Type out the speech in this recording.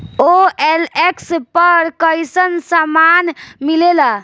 OLX पर कइसन सामान मीलेला?